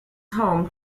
home